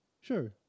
Sure